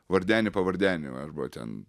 vardenį pavardenį arba ten